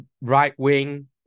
right-wing